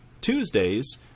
Tuesdays